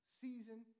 season